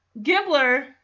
Gibbler